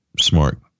smart